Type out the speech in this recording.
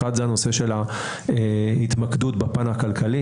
הדבר הראשון הוא הנושא של ההתמקדות בפן הכלכלי,